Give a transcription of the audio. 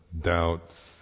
doubts